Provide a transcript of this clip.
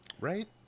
Right